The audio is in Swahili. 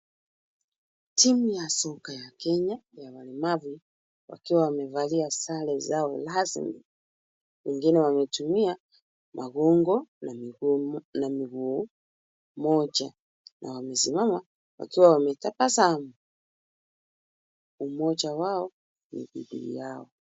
Timu ya soka ya Kenya, ya walemavu, wakiwa wamevalia sare zao rasmi, wengine wametumia magongo na mguu moja. Wamesimama wakiwa wametabasamu. Umoja wao ni bidii yao.